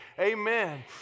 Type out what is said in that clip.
amen